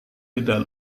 tidak